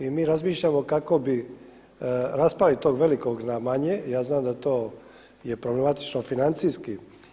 I mi razmišljamo kako bi raspali tog velikog na manje, ja znam da to je problematično financijski.